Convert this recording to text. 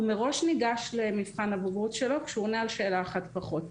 הוא מראש ניגש למבחן הבגרות שלו כשהוא עונה על שאלה אחת פחות,